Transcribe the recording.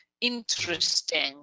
interesting